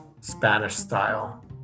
Spanish-style